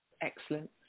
Excellent